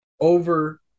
over